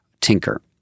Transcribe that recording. tinker